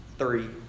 three